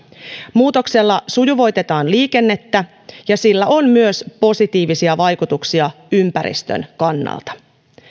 muutoksella sujuvoitetaan liikennettä ja sillä on myös positiivisia vaikutuksia ympäristön kannalta